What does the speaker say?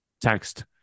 text